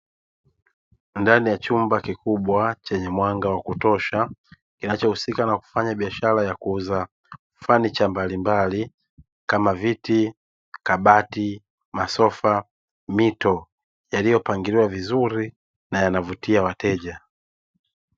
Ndani ya chumba kikubwa chenye mwanga wa kutosha, kinachohusika na kufanya biashara ya kuuza fanicha mbalimbali, kama: viti, kabati, masofa na mito, yaliyopangiliwa vizuri na yanavutia wateja.